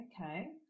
Okay